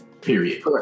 period